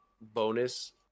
bonus